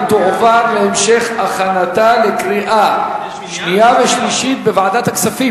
ותועבר להמשך הכנתה לקריאה שנייה ושלישית בוועדת הכספים,